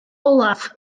olaf